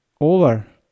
over